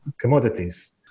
commodities